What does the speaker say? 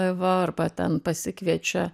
va arba ten pasikviečia